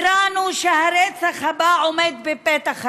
התרענו שהרצח הבא עומד בפתח הדלת.